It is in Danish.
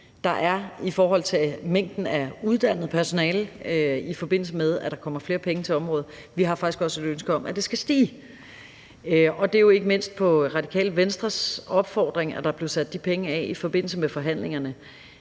der er i forhold til mængden af uddannet personale, i forbindelse med at der kommer flere penge til området – vi har faktisk også et ønske om, at det skal stige. Og det er jo ikke mindst på Radikale Venstres opfordring, at der er blevet sat de penge af i forbindelse med forhandlingerne.